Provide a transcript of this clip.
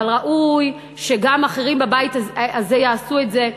אבל ראוי שגם אחרים בבית הזה יעשו את זה,